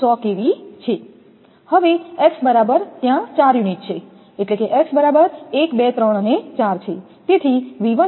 અને x બરાબર ત્યાં ચાર યુનિટ છે x બરાબર 1 2 3 અને 4 છે